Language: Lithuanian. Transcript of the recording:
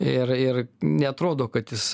ir ir neatrodo kad jis